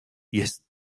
jest